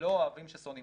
לא אוהבים ששונאים